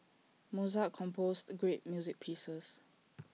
Mozart composed great music pieces